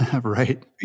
right